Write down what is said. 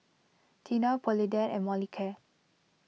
Tena Polident and Molicare